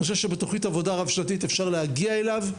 אני חושב שבתכנית עבודה רב שנתית אפשר להגיע אליו,